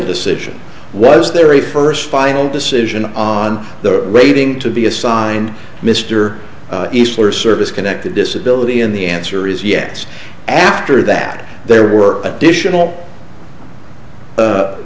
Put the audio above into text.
decision was there a first final decision on the rating to be assigned mr east or service connected disability in the answer is yes after that there were additional